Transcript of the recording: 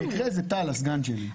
במקרה זה טל, הסגן שלי.